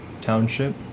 Township